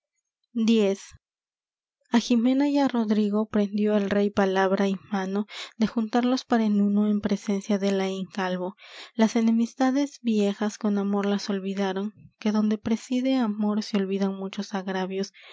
á jimena y á rodrigo prendió el rey palabra y mano de juntarlos para en uno en presencia de laín calvo las enemistades viejas con amor las olvidaron que donde preside amor se olvidan muchos agravios